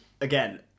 again